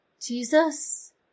Jesus